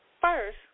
first